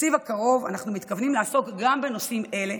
בתקציב הקרוב אנחנו מתכוונים לעסוק גם בנושאים אלה,